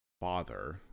father